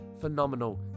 phenomenal